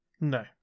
No